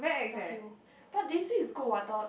north you but they say is good what I thought